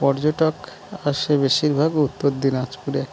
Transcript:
পর্যটক আসে বেশিরভাগ উত্তর দিনাজপুরে